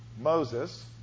Moses